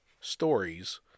stories